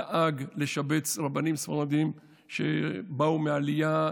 הוא דאג לשבץ רבנים ספרדים שבאו מהעלייה,